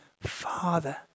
father